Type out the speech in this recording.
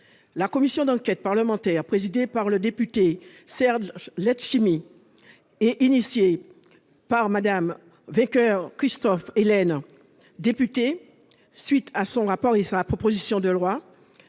la commission d'enquête parlementaire présidée par le député Serge Letchimy et initiée par madame Vainqueur Christophe Hélène député suite à son rapport il sur la proposition de loi,